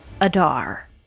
Adar